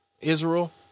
Israel